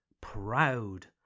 proud